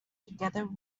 together